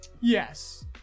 Yes